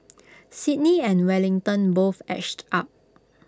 Sydney and Wellington both edged up